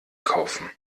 kaufen